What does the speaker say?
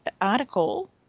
article